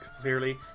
clearly